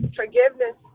forgiveness